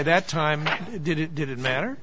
that time i did it didn't matter